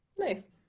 nice